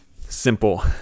simple